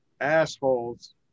assholes